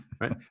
right